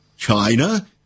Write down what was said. China